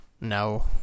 No